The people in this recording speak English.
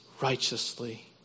Righteously